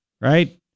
right